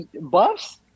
buffs